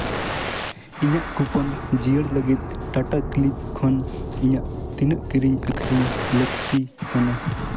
ᱤᱧᱟᱹᱜ ᱠᱩᱯᱚᱱ ᱡᱤᱭᱟᱹᱲ ᱞᱟᱹᱜᱤᱫ ᱴᱟᱴᱟ ᱠᱞᱤᱠ ᱠᱷᱚᱱ ᱤᱧᱟᱹᱜ ᱛᱤᱱᱟᱹᱜ ᱠᱤᱨᱤᱧ ᱟᱹᱠᱷᱨᱤᱧ ᱞᱟᱹᱠᱛᱤ ᱠᱟᱱᱟ